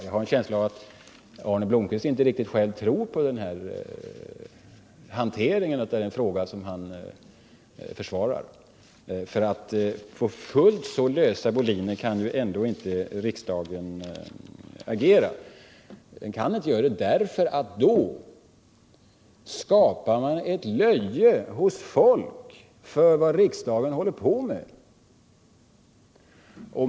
Jag har en känsla av att Arne Blomkvist själv inte riktigt tror på hanteringen av den fråga han försvarar. På fullt så lösa boliner kan riksdagen ändå inte agera, ty då skapar man hos folk ett löje över vad riksdagen håller på med.